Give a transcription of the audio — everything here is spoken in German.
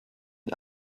den